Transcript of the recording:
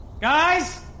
Guys